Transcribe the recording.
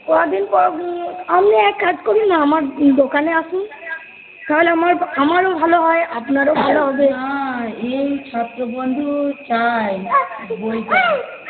কদিন পর আপনি এক কাজ করুন না আমার দোকানে আসুন তাহলে আমার আমারও ভালো হয় আপনারও ভালো হবে এই ছাত্র বন্ধু চাই বইটা